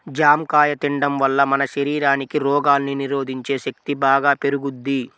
జాంకాయ తిండం వల్ల మన శరీరానికి రోగాల్ని నిరోధించే శక్తి బాగా పెరుగుద్ది